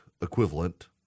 equivalent